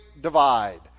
divide